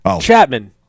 Chapman